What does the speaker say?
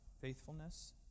faithfulness